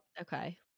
Okay